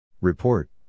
Report